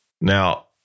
Now